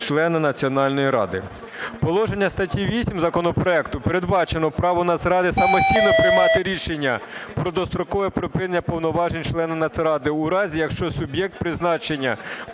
члена Національної ради". Положенням статті 8 законопроекту передбачено право Нацради самостійно приймати рішення про дострокове припинення повноважень члена Нацради у разі, якщо суб'єкт призначення